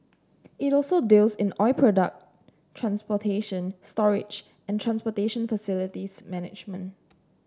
it also deals in oil product transportation storage and transportation facilities management